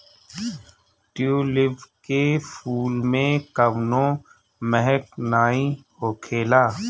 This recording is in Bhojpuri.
ट्यूलिप के फूल में कवनो महक नाइ होखेला